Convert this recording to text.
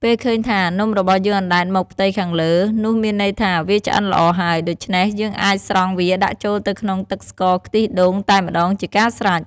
ពេលឃើញថា នំរបស់យើងអណ្ដែតមកផ្ទៃខាងលើ នោះមានន័យថា វាឆ្អិនល្អហើយ ដូច្នេះ យើងអាចស្រង់វាដាក់ចូលទៅក្នុងទឹកស្ករខ្ទិះដូងតែម្ដងជាការស្រេច។